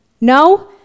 No